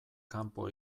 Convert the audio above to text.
kanpo